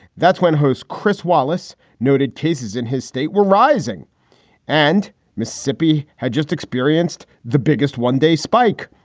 that's when host chris wallace noted cases in his state were rising and mississippi had just experienced the biggest one day spike.